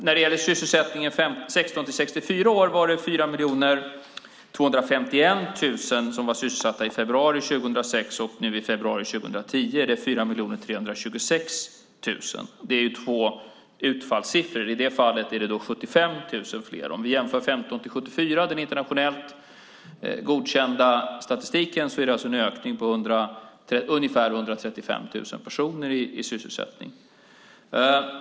När det gäller sysselsättningen för personer mellan 16 och 64 år var 4 251 000 sysselsatta i februari 2006, och nu i februari 2010 är det 4 326 000. Det är två utfallssiffror. I det fallet är det 75 000 fler. Om vi jämför gruppen 15 till 74 år, den internationellt godkända statistiken, är det en ökning på ungefär 135 000 personer i sysselsättning.